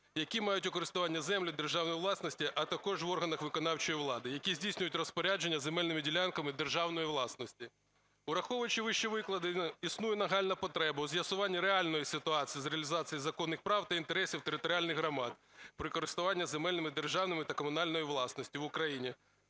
які мають у користуванні землю державної власності, а також в органах виконавчої влади, які здійснюють розпорядження земельними ділянками державної власності. Враховуючи вищевикладене, існує нагальна потреба у з'ясуванні реальної ситуації з реалізації законних прав та інтересів територіальних громад при користуванні землями державними державної та комунальної власності в Україні,